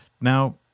Now